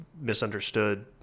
misunderstood